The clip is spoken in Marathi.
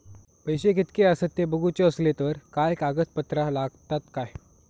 पैशे कीतके आसत ते बघुचे असले तर काय कागद पत्रा लागतात काय?